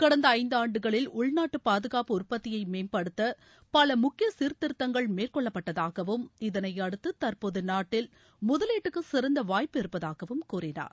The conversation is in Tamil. கடந்த ஐந்தாண்டுகளில் உள்நாட்டு பாதுகாப்பு உற்பத்தியை மேம்படுத்த பல முக்கிய சீர்திருத்தங்கள் மேற்கொள்ளப்பட்டதாகவும் இதனையடுத்து தற்போது நாட்டில் முதலீட்டுக்கு சிறந்த வாய்ப்பு இருப்பதாகவும் கூறினார்